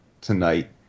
tonight